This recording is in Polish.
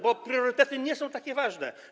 Bo priorytety nie są takie ważne.